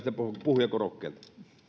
puhujakorokkeelta